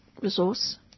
resource